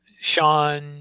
Sean